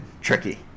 tricky